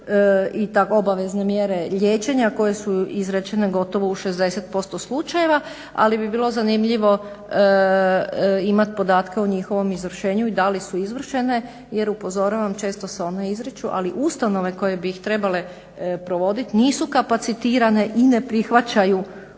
tretmani, obavezne mjere liječenja koje su izrečene gotovo u 60% slučajeva, ali bi bilo zanimljivo imat podatke o njihovom izvršenju i da li su izvršene jer upozoravam, često se one izriču ali ustanove koje bi ih trebale provodit nisu kapacitirane i ne prihvaćaju